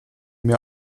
mir